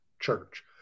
church